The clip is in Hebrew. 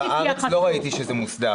אבל לא ראיתי שזה מוסדר